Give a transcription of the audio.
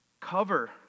cover